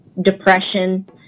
depression